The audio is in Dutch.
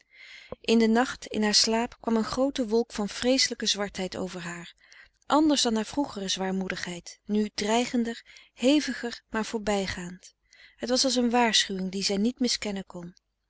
in den nacht in haar slaap kwam een groote wolk van vreeselijke zwartheid over haar anders dan haar vroegere zwaarmoedigheid nu dreigender heviger maar voorbijgaand het was als een waarschuwing die zij niet miskennen kon